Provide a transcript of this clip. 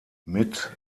mit